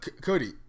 Cody